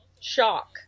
shock